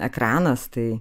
ekranas tai